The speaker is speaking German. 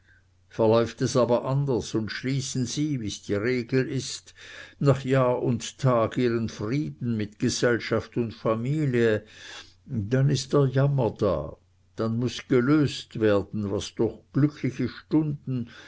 verläuft es aber anders und schließen sie wie's die regel ist nach jahr und tag ihren frieden mit gesellschaft und familie dann ist der jammer da dann muß gelöst werden was durch glückliche stunden